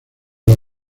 los